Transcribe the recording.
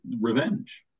revenge